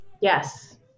Yes